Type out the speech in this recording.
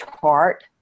chart